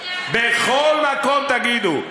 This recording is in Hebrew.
בכל מקום תגידו.